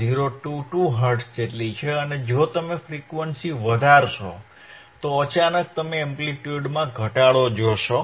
022 hertz છે અને જો તમે ફ્રીક્વંસી વધારશો તો અચાનક તમે એમ્પ્લિટ્યુડમાં ઘટાડો જોશો